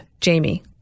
Jamie